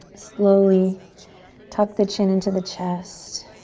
slowly tuck the chin into the chest